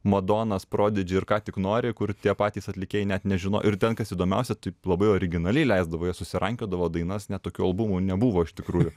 madonas prodidži ir ką tik nori kur tie patys atlikėjai net nežino ir ten kas įdomiausia taip labai originaliai leisdavo jie susirankiodavo dainas net tokių albumų nebuvo iš tikrųjų